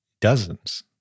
dozens